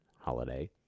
holiday